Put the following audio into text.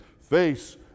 face